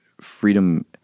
freedom